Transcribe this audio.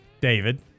David